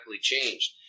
changed